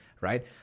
right